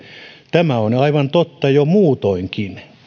tämä on aivan totta jo muutoinkin